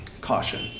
caution